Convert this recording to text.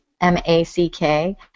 M-A-C-K